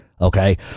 okay